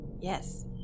Yes